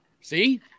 See